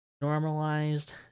normalized